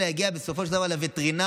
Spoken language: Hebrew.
אלא יגיעו בסופו של דבר לווטרינרים,